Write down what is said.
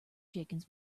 chickens